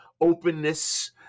openness